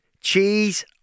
cheese